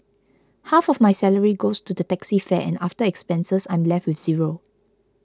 half of my salary goes to the taxi fare and after expenses I'm left with zero